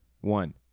one